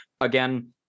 again